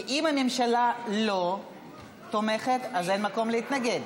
כי אם הממשלה לא תומכת, אז אין מקום להתנגד.